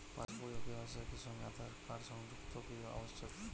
পাশ বই ও কে.ওয়াই.সি একই সঙ্গে আঁধার কার্ড সংযুক্ত কি আবশিক?